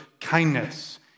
kindness